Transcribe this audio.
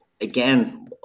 again